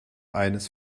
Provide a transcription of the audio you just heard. eines